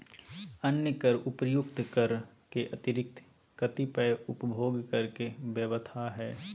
अन्य कर उपर्युक्त कर के अतिरिक्त कतिपय उपभोग कर के व्यवस्था ह